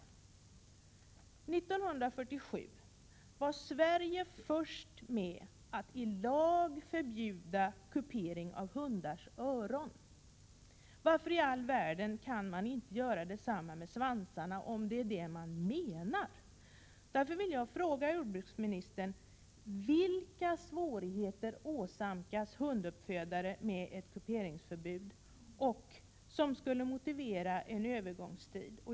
År 1947 var Sverige det första landet som i lag förbjöd kupering av hundars öron. Varför i all världen kan man då inte göra detsamma när det gäller svansarna, om man nu verkligen vill det? Jag vill således fråga jordbruksministern: Vilka svårigheter åsamkas hunduppfödare i och med införandet av ett kuperingsförbud som skulle motivera en övergångstid?